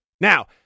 Now